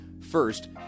first